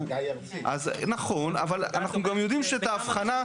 אנחנו גם יודעים את ההבחנה,